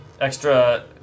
extra